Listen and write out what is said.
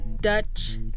dutch